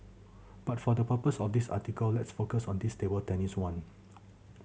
but for the purpose of this article let's focus on this table tennis one